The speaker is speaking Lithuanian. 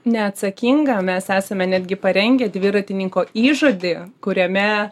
neatsakinga mes esame netgi parengę dviratininko įžodį kuriame